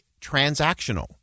transactional